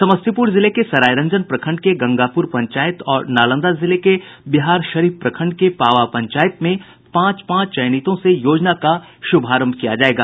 समस्तीपुर जिले के सरायरंजन प्रखंड के गंगापुर पंचायत और नालंदा जिले के बिहारशरीफ प्रखंड के पावा पंचायत में पांच पांच चयनितों से योजना का शुभारंभ किया जायेगा